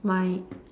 my